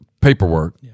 paperwork